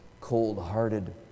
cold-hearted